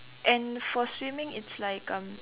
and for swimming it's like um